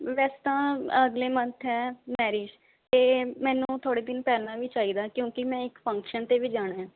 ਵੈਸੇ ਤਾਂ ਅਗਲੇ ਮੰਨਥ ਹੈ ਮੈਰਿਜ ਅਤੇ ਮੈਨੂੰ ਥੋੜ੍ਹੇ ਦਿਨ ਪਹਿਲਾਂ ਵੀ ਚਾਹੀਦਾ ਕਿਉਂਕਿ ਮੈਂ ਇੱਕ ਫੰਕਸ਼ਨ 'ਤੇ ਵੀ ਜਾਣਾ